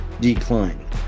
decline